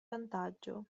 vantaggio